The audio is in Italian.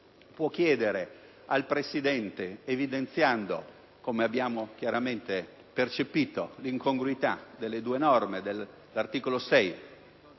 può chiedere al Presidente evidenziando, come abbiamo chiaramente percepito, l'incongruità delle due norme dell'articolo 6